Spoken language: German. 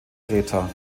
kreta